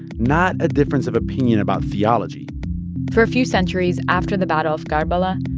not a difference of opinion about theology for a few centuries after the battle of karbala,